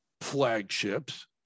flagships